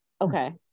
Okay